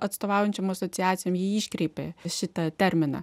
atstovaujančiom asociacijom jį iškreipia šitą terminą